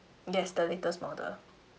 yes the latest model